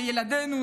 לילדינו,